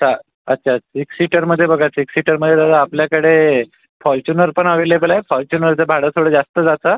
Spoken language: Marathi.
तर अच्छा सिक्स सिटरमध्ये बघा सिक्स सिटरमध्ये दादा आपल्याकडे फॉर्च्युनरपण ॲव्हलेबल आहे फॉर्च्युनरचं भाडं थोडं जास्त जातं